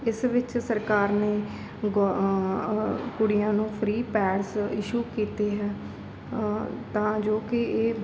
ਇਸ ਵਿੱਚ ਸਰਕਾਰ ਨੇ ਗੌ ਕੁੜੀਆਂ ਨੂੰ ਫਰੀ ਪੈਡਸ ਇਸ਼ੂ ਕੀਤੇ ਹੈ ਤਾਂ ਜੋ ਕਿ ਇਹ